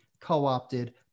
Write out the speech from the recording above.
co-opted